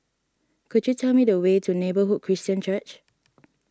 could you tell me the way to Neighbourhood Christian Church